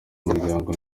umuryango